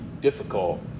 difficult